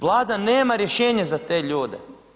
Vlada nema rješenje za te ljude.